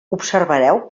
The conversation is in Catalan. observareu